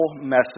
message